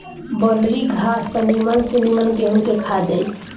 बनरी घास त निमन से निमन गेंहू के खा जाई